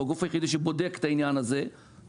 הגוף היחידי שבודק את העניין הזה,